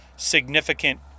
significant